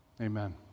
Amen